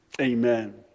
Amen